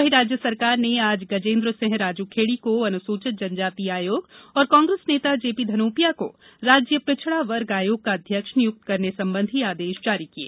वहीं राज्य सरकार ने आज गजेन्द्र सिंह राजूखेड़ी को अनुसूचित जन जाति आयोग और कांग्रेस नेता जे पी धनोपिया को राज्य पिछड़ा वर्ग आयोग का अध्यक्ष नियुक्त करने संबंधी आदेश जारी किये